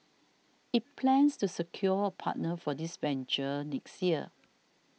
it plans to secure a partner for this venture next year